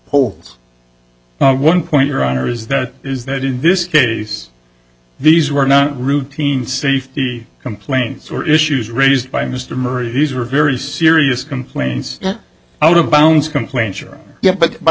holes one point your honor is that is that in this case these were not routine safety complaints or issues raised by mr murray these were very serious complaints out of bounds complaints or yes but but